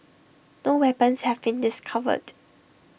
no weapons have been discovered